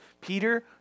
Peter